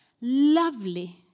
lovely